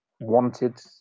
wanted